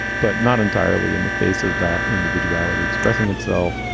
but not entirely in the face of that individuality expressing itself.